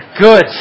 Good